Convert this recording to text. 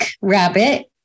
rabbit